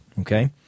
okay